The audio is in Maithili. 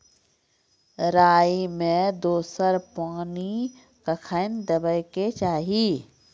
राई मे दोसर पानी कखेन देबा के चाहि?